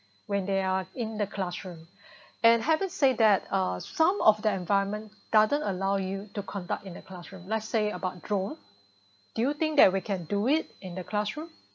when they are in the classroom and haven't say that uh some of the environment doesn't allow you to conduct in a classroom let's say about drone do you think that we can do it in the classroom